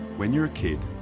when you're a kid,